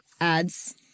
ads